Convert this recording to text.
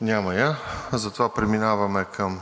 Няма я. Преминаваме към